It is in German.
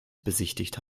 besichtigt